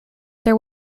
there